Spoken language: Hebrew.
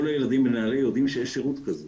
כל הילדים בנעל"ה יודעים שיש שירות כזה